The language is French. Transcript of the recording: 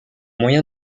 moyen